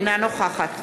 אינה נוכחת